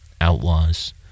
outlaws